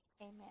amen